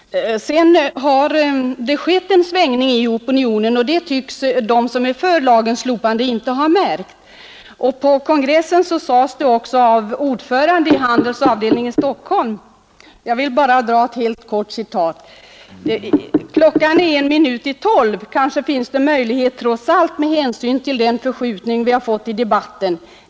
Det har skett en svängning i opinionen, men det tycks de som är för lagens slopande inte ha märkt. På kongressen sade också ordföranden i Handels avdelning i Stockholm: ”Klockan är en minut i tolv, kanske finns det en möjlighet trots allt med hänsyn till den förskjutning vi har fått i debatten.